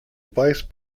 vice